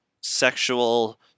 sexual